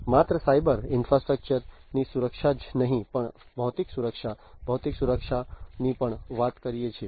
માત્ર cyber infrastructure ની સુરક્ષા જ નહીં પણ ભૌતિક સુરક્ષા ભૌતિક સુરક્ષાની પણ વાત કરીએ છીએ